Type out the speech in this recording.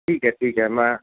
ठीकु आहे ठीकु आहे मां